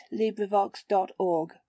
LibriVox.org